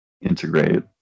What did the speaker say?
integrate